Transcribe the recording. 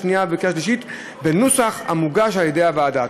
שנייה ובקריאה שלישית בנוסח המוגש על-ידי הוועדה.